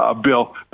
Bill